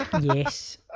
Yes